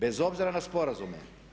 Bez obzira na sporazume.